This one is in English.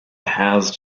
housed